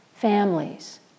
families